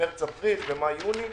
מרץ-אפריל ומאי-יוני,